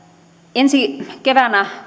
ensi keväänä